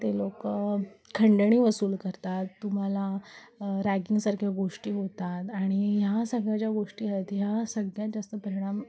ते लोकं खंडणी वसूल करतात तुम्हाला रॅगिंगसारख्या गोष्टी होतात आणि ह्या सगळ्या ज्या गोष्टी आहेत ह्या सगळ्यात जास्त परिणाम